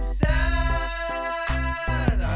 sad